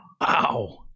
wow